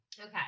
Okay